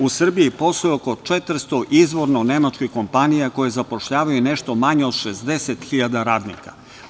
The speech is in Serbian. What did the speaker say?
U Srbiji posluje oko 400 izvorno nemačkih kompanija koje zapošljavaju nešto manje od 60.000 radnika.